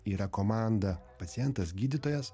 yra komanda pacientas gydytojas